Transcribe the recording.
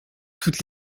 toutes